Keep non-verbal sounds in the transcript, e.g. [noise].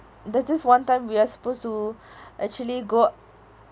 there's this one time we are supposed to [breath] actually go